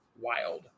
wild